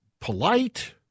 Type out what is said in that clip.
polite